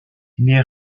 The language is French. mais